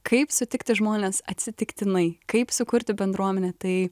kaip sutikti žmones atsitiktinai kaip sukurti bendruomenę tai